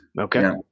okay